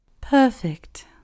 Perfect